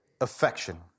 affection